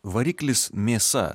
variklis mėsa